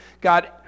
God